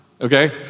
okay